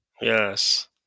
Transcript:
Yes